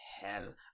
hell